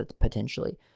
potentially